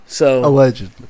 Allegedly